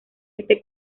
este